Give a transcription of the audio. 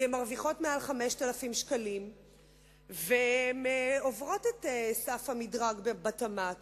כי הן מרוויחות מעל 5,000 ש"ח ועוברות את סף המדרג בתמ"ת